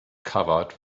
covered